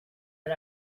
but